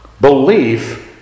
Belief